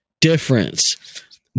difference